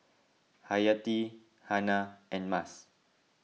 Hayati Hana and Mas